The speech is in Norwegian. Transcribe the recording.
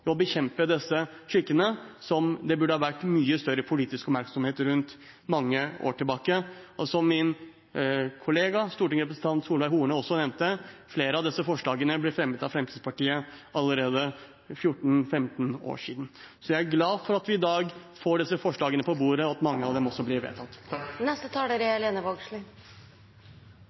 å bekjempe disse skikkene, som det burde ha vært mye større politisk oppmerksomhet rundt mange år tilbake. Som min kollega, stortingsrepresentant Solveig Horne, nevnte, ble flere av disse forslagene fremmet av Fremskrittspartiet allerede for 14–15 år siden. Jeg er glad for at vi i dag får disse forslagene på bordet, og at mange av dem blir vedtatt. Eg er også veldig glad for at dei forslaga me behandlar i dag, er